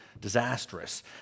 disastrous